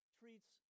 treats